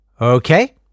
Okay